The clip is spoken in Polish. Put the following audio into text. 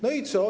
No i co?